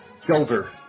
Silver